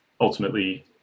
ultimately